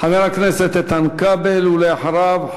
חבר הכנסת איתן כבל, ואחריו,